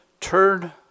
Turn